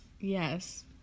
Yes